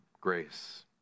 grace